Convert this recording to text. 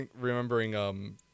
remembering